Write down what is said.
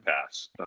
pass